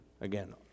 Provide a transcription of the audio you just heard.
again